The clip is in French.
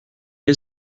est